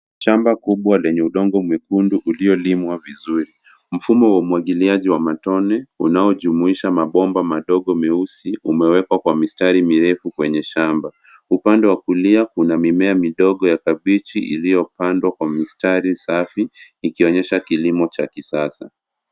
Shamba kubwa lenye udongo mwekundu uliolimwa vizuri. Mfumo wa umwagiliaji wa matone, unaojumuisha mabomba madogo meusi, umewekwa kwa mistari mirefu kwenye shamba. Upande wa kulia, kuna mimea midogo ya kabichi iliyopandwa kwa mistari safi, ikionyesha kilimo cha kisasa.